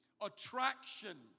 attraction